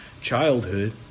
childhood